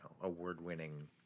award-winning